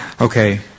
Okay